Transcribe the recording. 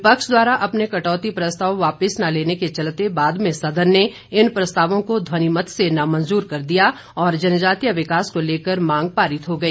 विपक्ष द्वारा अपने कटौती प्रस्ताव वापिस न लेने के चलते बाद में सदन ने इन प्रस्तावों को ध्वनिमत से नामंजूर कर दिया और जनजातीय विकास को लेकर मांग पारित हो गई